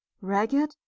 ragged